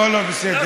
בסדר.